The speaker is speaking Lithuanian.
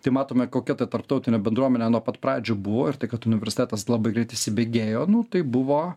tai matome kokia ta tarptautinė bendruomenė nuo pat pradžių buvo ir tai kad universitetas labai greit įsibėgėjo nu tai buvo